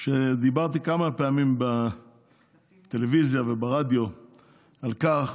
שדיברתי כמה פעמים בטלוויזיה וברדיו על כך